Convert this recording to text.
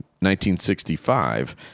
1965